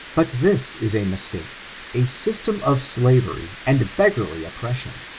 but this is a mistake a system of slavery and beggarly oppression,